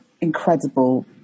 incredible